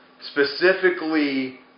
specifically